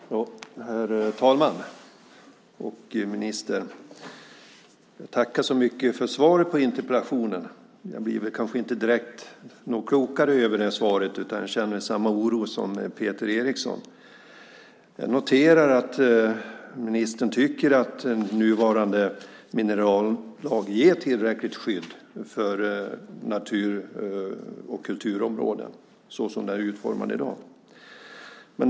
Herr talman! Ministern! Jag tackar så mycket för svaret på interpellationen. Jag blir kanske inte direkt något klokare över svaret utan känner samma oro som Peter Eriksson. Jag noterar att ministern tycker att nuvarande minerallag ger tillräckligt skydd för natur och kulturområden såsom den är utformad i dag.